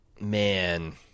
man